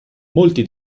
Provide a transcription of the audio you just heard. molti